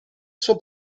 suo